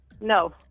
No